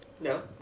No